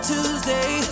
Tuesday